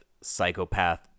psychopath